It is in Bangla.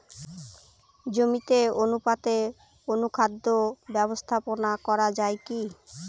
জমিতে অনুপাতে অনুখাদ্য ব্যবস্থাপনা করা য়ায় কি?